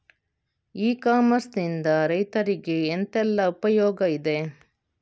E commerce ನಿಂದ ರೈತರಿಗೆ ಎಂತೆಲ್ಲ ಉಪಯೋಗ ಇದೆ?